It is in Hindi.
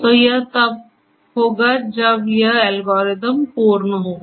तो यह तब होगा जब यह एल्गोरिथम पूर्ण होगा